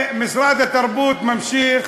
משרד התרבות ממשיך